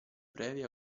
previa